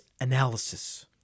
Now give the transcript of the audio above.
analysis